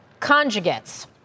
conjugates